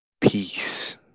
peace